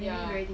ya